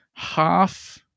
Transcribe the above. Half